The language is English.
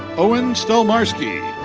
owen stelmarski.